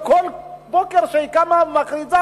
שכל בוקר כשהיא קמה היא מכריזה: